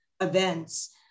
events